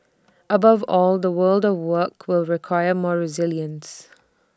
above all the world of work will require more resilience